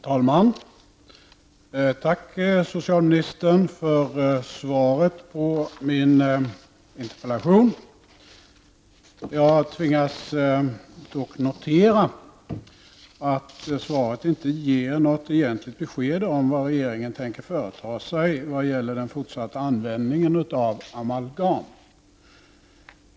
Herr talman! Tack, socialministern, för svaret på min interpellation. Jag tvingas dock notera att svaret inte ger något egentligt besked om vad regeringen tänker företa sig i vad gäller den fortsatta användningen av amalgam.